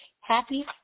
happy